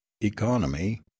economy